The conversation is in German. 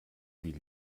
wie